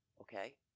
okay